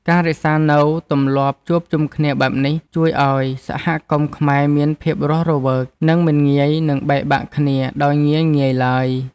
ការរក្សានូវទម្លាប់ជួបជុំគ្នាបែបនេះ ជួយឱ្យសហគមន៍ខ្មែរមានភាពរស់រវើក និងមិនងាយនឹងបែកបាក់គ្នាដោយងាយៗឡើយ។